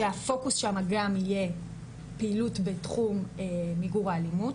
שהפוקוס שם גם יהיה פעילות בתחום מיגור האלימות,